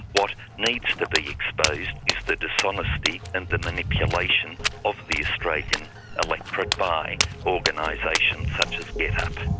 what needs to be exposed is the dishonesty and the manipulation of the australian electorate by organisations such as getup.